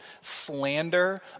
slander